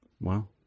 wow